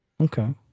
Okay